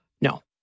no